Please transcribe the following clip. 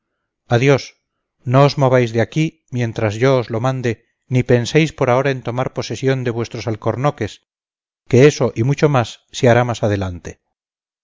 adiós no os mováis de aquí mientras yo no os lo mande ni penséis por ahora en tomar posesión de vuestros alcornoques que eso y mucho más se hará más adelante